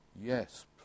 yes